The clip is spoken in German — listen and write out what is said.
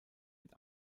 mit